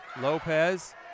lopez